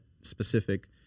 specific